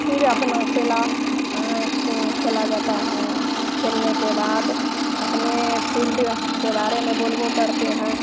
फिर अपना खेला खेला जाता है खेलने के बाद अपने फील्ड के बारे में बोलबो करते हैं